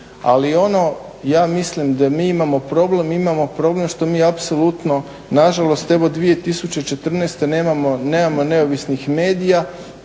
Ali ono ja mislim da mi imamo problem, mi imamo problem što mi apsolutno na žalost evo 2014. nemamo neovisnih medija.